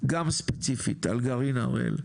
גם ספציפית על גרעין הראל,